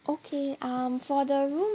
okay um for the ro~